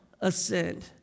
ascend